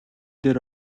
дээр